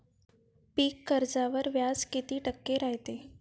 पीक कर्जावर व्याज किती टक्के रायते?